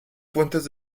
fuentes